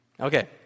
Okay